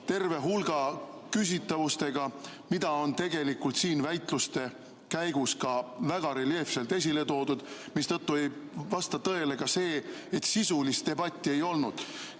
terve hulga küsitavustega, mida on tegelikult siin väitluste käigus ka väga reljeefselt esile toodud. Seetõttu ei vasta tõele ka see, et sisulist debatti ei olnud.